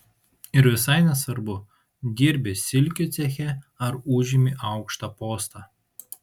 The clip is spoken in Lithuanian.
ir visai nesvarbu dirbi silkių ceche ar užimi aukštą postą